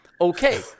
Okay